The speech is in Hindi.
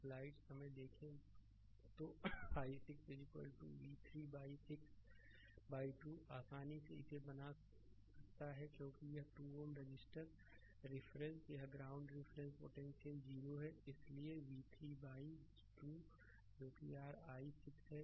स्लाइड समय देखें 1016 तो i6 होगा v3बाइ 2 आसानी से इसे बना सकता है क्योंकि यह 2 Ω रजिस्टर रिफरेंस यह ग्राउंड रिफरेंस पोटेंशियल 0 है इसलिए v3बाइ 2 जो कि r i6 है